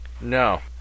No